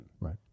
right